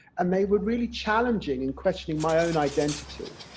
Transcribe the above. and they were really challenging in questioning my own identity,